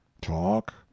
talk